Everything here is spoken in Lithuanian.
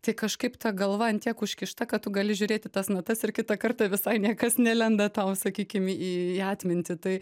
tai kažkaip ta galva ant tiek užkišta kad tu gali žiūrėt į tas natas ir kitą kartą visai niekas nelenda tau sakykim į atmintį tai